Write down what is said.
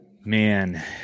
Man